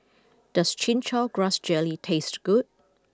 does Chin Chow Grass Jelly taste good